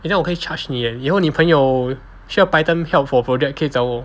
then 我可以 charge 你 leh 以后你朋友需要 python help for project 可以找我